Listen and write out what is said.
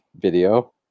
video